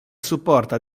supporta